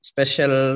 Special